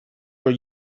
were